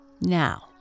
Now